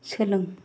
सोलों